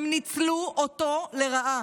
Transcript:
הם ניצלו אותו לרעה.